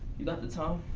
you got the time.